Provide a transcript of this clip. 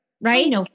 Right